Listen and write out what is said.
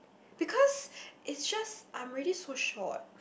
because it's just I'm already so short